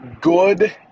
Good